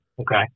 Okay